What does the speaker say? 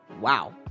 Wow